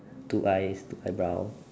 two eyes two eyebrow